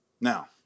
Now